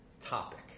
topic